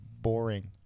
boring